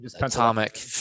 Atomic